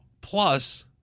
Plus